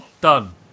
done